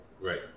Right